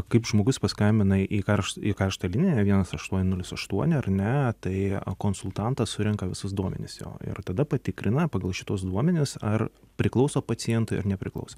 kaip žmogus paskambina į karšt į karštą liniją vienas aštuoni nulis aštuoni ar ne tai konsultantas surenka visus duomenis jo ir tada patikrina pagal šituos duomenis ar priklauso pacientui ar nepriklauso